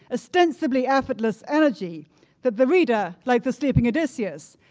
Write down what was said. ostensibly effortless energy that the reader, like the sleeping odysseus,